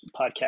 podcast